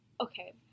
okay